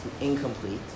incomplete